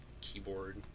keyboard